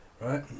Right